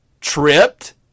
tripped